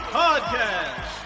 podcast